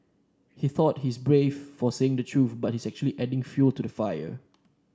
he thought he's brave for saying the truth but he's actually just adding fuel to the fire